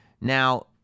Now